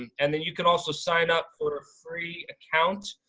and and then you can also sign up for a free account,